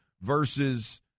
versus